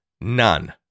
none